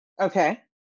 Okay